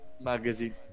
magazine